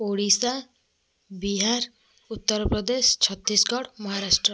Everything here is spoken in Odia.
ଓଡ଼ିଶା ବିହାର ଉତ୍ତରପ୍ରଦେଶ ଛତିଶଗଡ଼ ମହାରାଷ୍ଟ୍ର